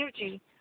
energy